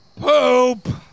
Poop